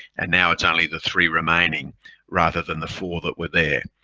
and now, it's only the three remaining rather than the four that were there.